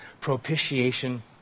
Propitiation